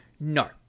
No